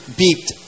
beeped